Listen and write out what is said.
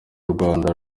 rwanda